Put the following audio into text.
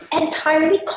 Entirely